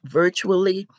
virtually